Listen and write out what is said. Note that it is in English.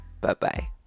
bye-bye